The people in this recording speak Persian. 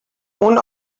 اون